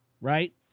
right